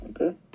Okay